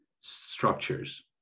structures